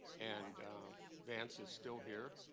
and vance is still here.